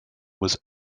was